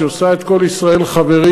שעושה את כל ישראל חברים.